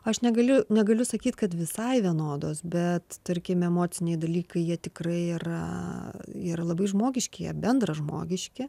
aš negaliu negaliu sakyt kad visai vienodos bet tarkim emociniai dalykai jie tikrai yra yra labai žmogiški jie bendražmogiški